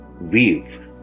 weave